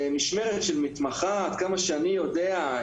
משמרת של מתמחה עד כמה שאני יודע,